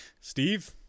Steve